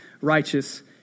righteous